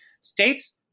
States